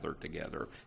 together